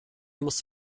muss